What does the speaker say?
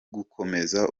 gukomeza